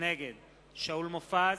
נגד שאול מופז,